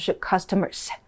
customers